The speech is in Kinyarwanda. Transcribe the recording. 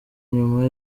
nyuma